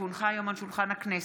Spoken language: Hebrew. כי הונחה היום על שולחן הכנסת,